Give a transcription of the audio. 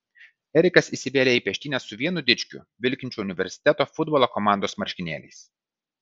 erikas įsivėlė į peštynes su vienu dičkiu vilkinčiu universiteto futbolo komandos marškinėliais